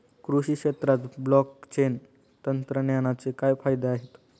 कृषी क्षेत्रात ब्लॉकचेन तंत्रज्ञानाचे काय फायदे आहेत?